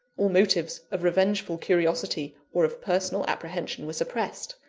all motives of revengeful curiosity or of personal apprehension were suppressed.